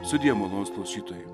sudie malonūs klausytojai